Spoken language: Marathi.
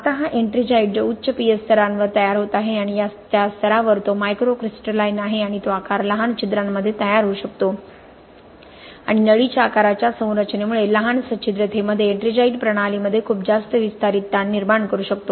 आता हा एट्रिंजाइट जो उच्च pH स्तरांवर तयार होत आहे आणि त्या स्तरावर तो मायक्रोक्रिस्टलाइन आहे आणि तो आकार लहान छिद्रांमध्ये तयार होऊ शकतो आणि नळीच्या आकाराच्या संरचनेमुळे लहान सच्छिद्रतेमध्ये एट्रिंजाइट प्रणालीमध्ये खूप जास्त विस्तारित ताण निर्माण करू शकतो